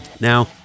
Now